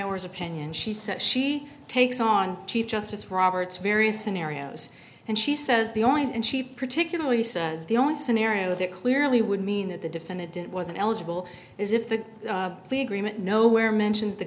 oars opinion she said she takes on chief justice roberts various scenarios and she says the only and she particularly says the only scenario that clearly would mean that the defendant didn't wasn't eligible is if the plea agreement nowhere mentions the